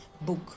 book